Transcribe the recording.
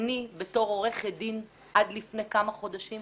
שאני בתור עורכת דין עד לפני כמה חודשים,